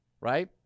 right